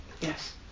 Yes